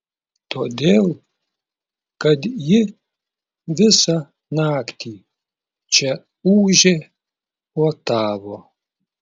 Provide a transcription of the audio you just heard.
todėl kad ji visą naktį čia ūžė puotavo